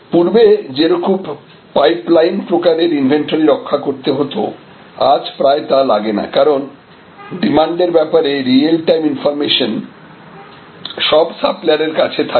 পূর্বে যেরূপ পাইপলাইন প্রকারের ইনভেন্ট্রি রক্ষা করতে হতো আজ প্রায় তা লাগে না কারণ ডিমান্ড এর ব্যাপারে রিয়েল টাইম ইনফরমেশন সব সাপ্লায়ারের কাছে থাকে